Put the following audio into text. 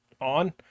on